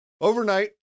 Overnight